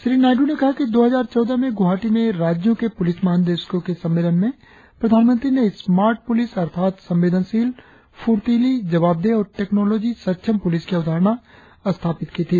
श्री नायडू ने कहा कि दो हजार चौदह में गुवाहाटी में राज्यों के प्रलिस महानिदेशकों के सम्मेलन में प्रधानमंत्री ने स्मार्ट पुलिस अर्थात संवेदनशीलफुर्तीली जवाबदेह और टेक्नोलोजी सक्षम पुलिस की अवधारणा स्थापित की थी